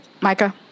Micah